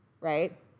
right